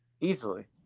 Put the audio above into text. easily